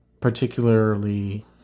particularly